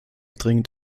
dringend